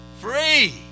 Free